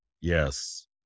yes